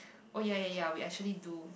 oh ya ya ya we actually do